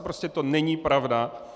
Prostě to není pravda.